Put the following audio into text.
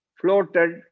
floated